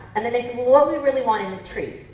and and they said what we really want is a tree.